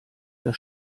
der